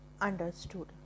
understood